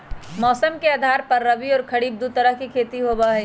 मौसम के आधार पर रबी और खरीफ दु तरह के खेती होबा हई